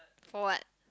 for what